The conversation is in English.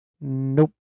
Nope